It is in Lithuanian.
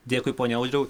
dėkui pone audriau